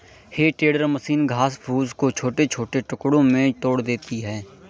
हे tedder machine घास फूस को छोटे छोटे टुकड़ों में तोड़ देती है